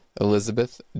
Elizabeth